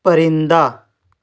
پرندہ